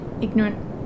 ignorant